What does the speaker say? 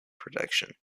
protection